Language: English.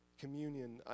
Communion